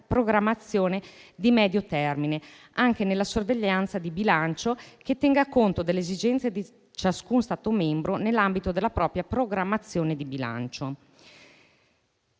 programmazione di medio termine, anche nella sorveglianza di bilancio, che tenga conto delle esigenze di ciascuno Stato membro nell'ambito della propria programmazione di bilancio.